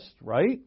right